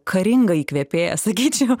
karinga įkvėpėja sakyčiau